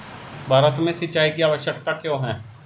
भारत में सिंचाई की आवश्यकता क्यों है?